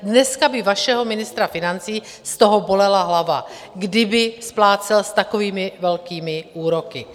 Dneska by vašeho ministra financí z toho bolela hlava, kdyby splácel s takovými velkými úroky.